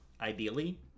ideally